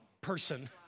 person